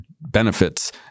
benefits